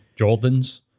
jordans